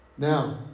Now